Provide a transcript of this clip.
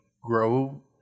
grow